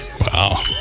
Wow